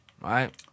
right